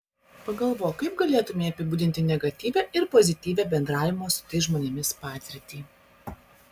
pagalvok kaip galėtumei apibūdinti negatyvią ir pozityvią bendravimo su tais žmonėmis patirtį